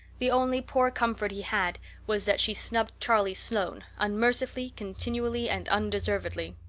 the only poor comfort he had was that she snubbed charlie sloane, unmercifully, continually, and undeservedly.